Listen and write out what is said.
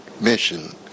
mission